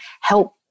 help